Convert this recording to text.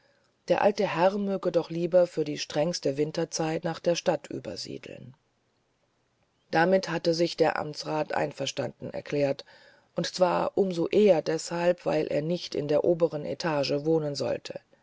der alte herr möge doch lieber für die strengste winterzeit nach der stadt übersiedeln damit hatte sich der amtsrat einverstanden erklärt und zwar um so eher deshalb weil er nicht in der oberen etage wohnen sollte